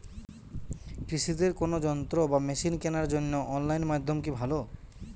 কৃষিদের কোন যন্ত্র বা মেশিন কেনার জন্য অনলাইন মাধ্যম কি ভালো?